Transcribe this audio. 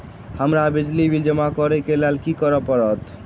हमरा बिजली बिल जमा करऽ केँ लेल की करऽ पड़त?